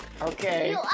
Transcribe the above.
Okay